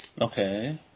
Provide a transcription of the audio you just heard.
Okay